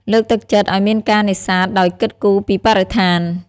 លើកទឹកចិត្តឲ្យមានការនេសាទដោយគិតគូរពីបរិស្ថាន។